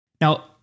Now